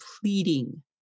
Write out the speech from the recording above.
pleading